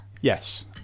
yes